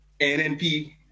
NNP